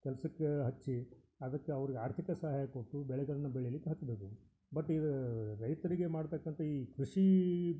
ಕೆಲ್ಸಕ್ಕೆ ಹಚ್ಚಿ ಅದಕ್ಕೆ ಅವ್ರಿಗೆ ಆರ್ಥಿಕ ಸಹಾಯ ಕೊಟ್ಟು ಬೆಳೆಗಳನ್ನ ಬೆಳೀಲಿಕ್ಕೆ ಹಚ್ಚಬೇಕು ಬಟ್ ಇದು ರೈತರಿಗೆ ಮಾಡ್ತಕಂಥ ಈ ಕೃಷೀ